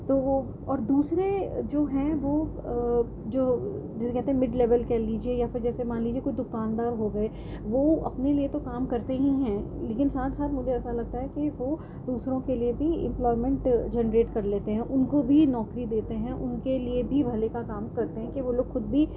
تو وہ اور دوسرے جو ہیں وہ جو جسے کہتے ہیں مڈ لیول کہہ لیجیے یا پھر جیسے مان لیجیے کوئی دکان دار ہو گیے وہ اپنے لیے تو کام کرتے ہی ہیں لیکن ساتھ ساتھ مجھے ایسا لگتا ہے کہ وہ دوسروں کے لیے بھی امپلائمنٹ جنریٹ کر لیتے ہیں ان کو بھی نوکری دیتے ہیں ان کے لیے بھی بھلے کا کام کرتے ہیں کہ وہ لوگ خود بھی